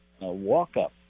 walk-up